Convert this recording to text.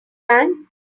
bank